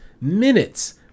minutes